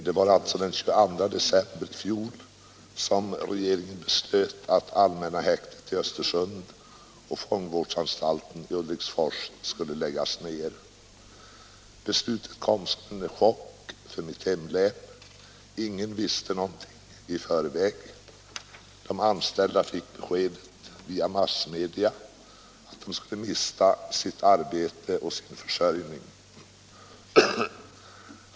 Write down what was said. Beslutet kom som cen chock för mitt hemlän. Ingen visste någonting i förväg. De anställda fick via massmedia beskedet att de skulle mista sitt arbete och sin försörjning.